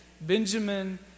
Benjamin